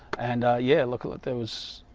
and yeah look at that there was?